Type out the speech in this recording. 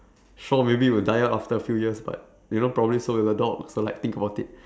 so maybe we'll die after a few years but you know probably so will the dog so like think about it